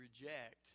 reject